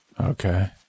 Okay